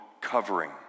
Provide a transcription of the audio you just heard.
covering